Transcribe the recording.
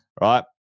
right